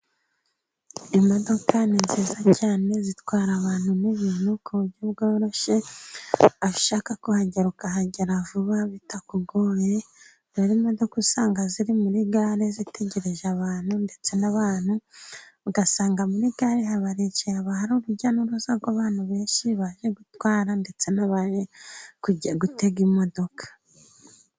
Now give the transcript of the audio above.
Imodoka ni nziza cyane, zitwara abantu n'ibintu ku buryo bworoshye. Aho ushaka kuhagera, ukahagera vuba bitakugoye. Rero, imodoka usanga ziri muri gare, zitegereje abantu, ndetse n'abantu ugasanga muri gare baricaye, baha urujya n'uruza rw'abantu benshi baje gutwara, ndetse n'abaje kujya gutega imodoka.